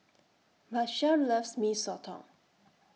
Machelle loves Mee Soto